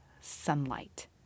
sunlight